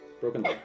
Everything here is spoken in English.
Broken